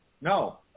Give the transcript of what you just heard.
No